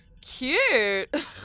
cute